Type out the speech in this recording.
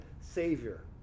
Savior